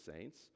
saints